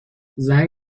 زنگ